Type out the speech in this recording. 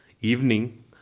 evening